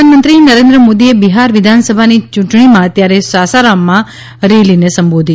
પ્રધાનમંત્રી નરેન્દ્ર મોદીએ બિહાર વિધાનસભાની ચૂંટણીમાં અત્યારે સાસારામમાં રેલીને સંબોધી